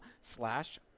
slash